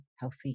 healthy